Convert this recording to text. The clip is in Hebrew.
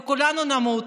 וכולנו נמות.